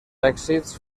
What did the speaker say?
èxits